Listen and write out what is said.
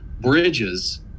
bridges